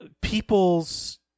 people's